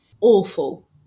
awful